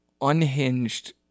unhinged